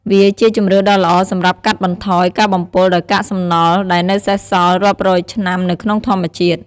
វាជាជម្រើសដ៏ល្អសម្រាប់កាត់បន្ថយ ការបំពុលដោយកាកសំណល់ ដែលនៅសេសសល់រាប់រយឆ្នាំនៅក្នុងធម្មជាតិ។